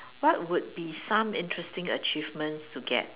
what would be some interesting achievements to get